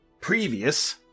previous